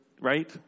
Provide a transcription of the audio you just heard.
right